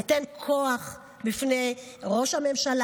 ניתן כוח בפני ראש הממשלה,